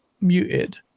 muted